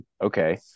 okay